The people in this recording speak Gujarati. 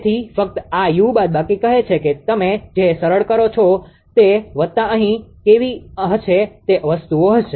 તેથી ફક્ત આ યુ બાદબાકી કહે છે કે તમે જે સરળ કરો છો તે વત્તા અહીં કેવી હશે તે વસ્તુઓ હશે